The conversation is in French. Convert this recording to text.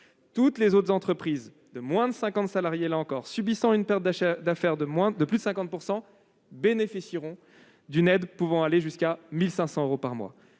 Toutes les autres entreprises de moins de 50 salariés subissant une perte de chiffre d'affaires de plus de 50 % bénéficieront d'une aide pouvant aller jusqu'à 1 500 euros par mois.